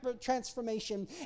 transformation